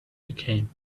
became